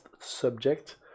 subject